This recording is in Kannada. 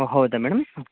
ಹೊ ಹೌದಾ ಮೇಡಮ್